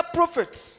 prophets